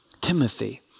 Timothy